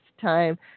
time